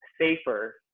safer